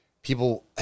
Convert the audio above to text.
People